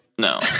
No